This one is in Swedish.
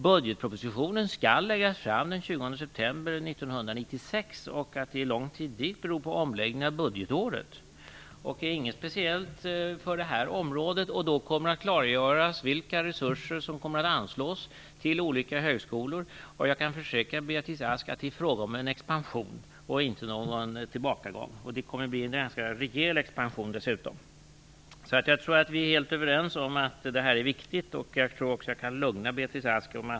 Budgetpropositionen skall läggas fram den 20 september 1996. Att det tar så lång tid beror på omläggningen av budgetåret. Det är inget speciellt för det här området. Då kommer det att klargöras vilka resurser som kommer att anslås till olika högskolor. Jag kan försäkra Beatrice Ask att det är fråga om en expansion, och inte om någon tillbakagång. Det kommer att bli en ganska rejäl expansion dessutom. Jag tror att vi helt överens om att det här är viktigt. Jag tror också att jag kan lugna Beatrice Ask.